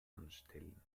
anstellen